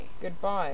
goodbye